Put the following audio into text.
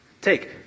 Take